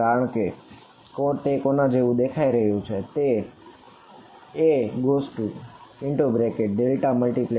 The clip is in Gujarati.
તેથીઆ કોના જેવું દેખાઈ રહયું છે તે A